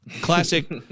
Classic